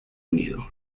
unido